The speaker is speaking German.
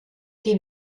die